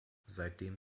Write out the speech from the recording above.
seitdem